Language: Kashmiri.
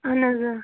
اَہَن حظ آ